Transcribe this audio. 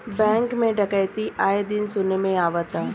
bank में डकैती आये दिन सुने में आवता